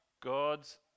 God's